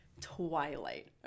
Twilight